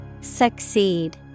Succeed